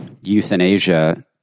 euthanasia